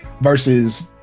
versus